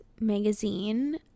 magazine